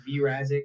VRazic